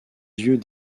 yeux